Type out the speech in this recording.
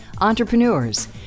entrepreneurs